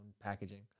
packaging